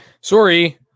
Sorry